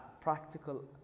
practical